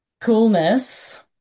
coolness